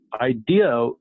idea